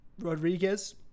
Rodriguez